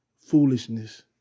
foolishness